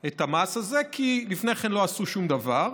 את המעש הזה, כי לפני כן לא עשו שום דבר.